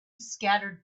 scattered